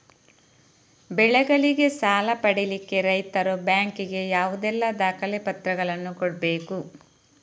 ಬೆಳೆಗಳಿಗೆ ಸಾಲ ಪಡಿಲಿಕ್ಕೆ ರೈತರು ಬ್ಯಾಂಕ್ ಗೆ ಯಾವುದೆಲ್ಲ ದಾಖಲೆಪತ್ರಗಳನ್ನು ಕೊಡ್ಬೇಕು?